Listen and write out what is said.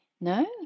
no